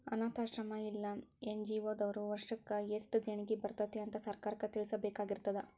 ಅನ್ನಾಥಾಶ್ರಮ್ಮಾ ಇಲ್ಲಾ ಎನ್.ಜಿ.ಒ ದವ್ರು ವರ್ಷಕ್ ಯೆಸ್ಟ್ ದೇಣಿಗಿ ಬರ್ತೇತಿ ಅಂತ್ ಸರ್ಕಾರಕ್ಕ್ ತಿಳ್ಸಬೇಕಾಗಿರ್ತದ